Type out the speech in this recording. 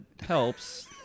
helps